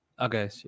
Okay